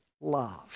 love